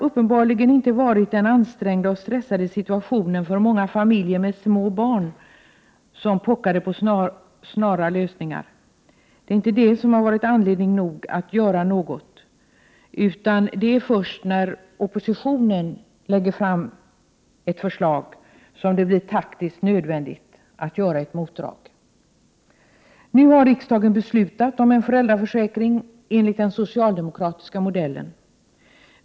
Uppenbarligen har det inte varit den ansträngda och stressade situationen för många familjer med små barn, som pockade på snara lösningar, som varit anledning nog att göra något, utan det var först när oppositionen lade fram ett förslag som det blev taktiskt nödvändigt att göra ett motdrag. Nu har riksdagen beslutat om en föräldraförsäkring enligt den socialdemokratiska modellen.